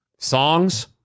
Songs